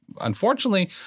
unfortunately